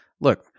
Look